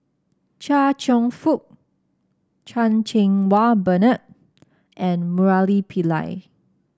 Chia Cheong Fook Chan Cheng Wah Bernard and Murali Pillai